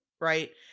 right